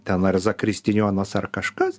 ten ar zakristijonas ar kažkas